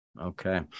okay